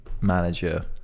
manager